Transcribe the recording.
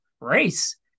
race